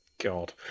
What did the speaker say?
God